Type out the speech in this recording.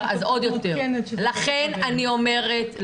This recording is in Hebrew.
11. אז עכשיו גם הורידו את זה עוד, אז עוד יותר.